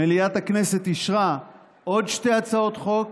מליאת הכנסת אישרה עוד שתי הצעות חוק